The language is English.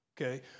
Okay